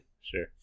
Sure